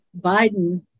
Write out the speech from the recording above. Biden